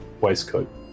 waistcoat